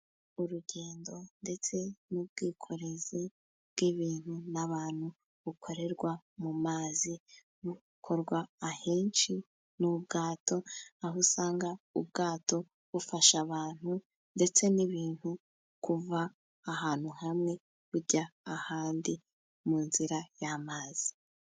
Urugendo ndetse n'ubwikorezi bw'ibintu n'abantu bukorerwa mu mazi. Bukorwa ahenshi n'ubwato, aho usanga ubwato bufasha abantu ndetse n'ibintu kuva ahantu hamwe bujya ahandi, mu nzira y'amazi.